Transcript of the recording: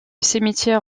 cimetière